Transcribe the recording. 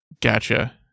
Gotcha